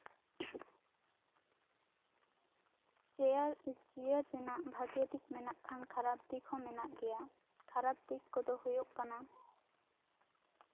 chair ᱪᱤᱭᱟᱨ ᱨᱮᱱᱟᱜ ᱵᱷᱟᱹᱜᱮ ᱫᱤᱠ ᱢᱮᱱᱟᱜ ᱠᱷᱟᱱ ᱠᱷᱟᱨᱟᱯ ᱫᱤᱠᱦᱚᱸ ᱢᱮᱱᱟᱜ ᱜᱮᱭᱟ ᱠᱷᱟᱨᱟᱯ ᱫᱤᱠ ᱠᱚᱫᱚ ᱦᱳᱭᱳᱜ ᱠᱟᱱᱟ